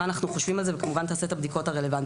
מה אנחנו חושבים על זה וכמובן תעשה את הבדיקות הרלבנטיות.